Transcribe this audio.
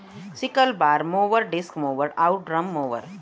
sickle bar mower, disc mower आउर drum mower